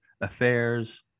affairs